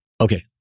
Okay